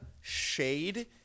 shade